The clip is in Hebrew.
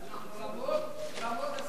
למרות הספקות,